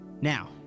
Now